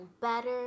better